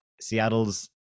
Seattle's